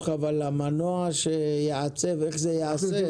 אבל המנוע שיעצב איך זה ייעשה הוא אחר.